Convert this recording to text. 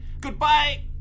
Goodbye